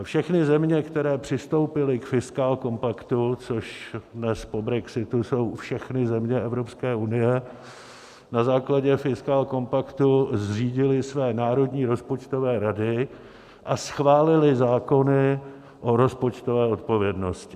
Všechny země, které přistoupily k fiskálkompaktu, což jsou dnes po brexitu všechny země Evropské unie, na základě fiskálkompaktu zřídily své národní rozpočtové rady a schválili zákony o rozpočtové odpovědnosti.